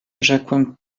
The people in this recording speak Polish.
rzekłem